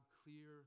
clear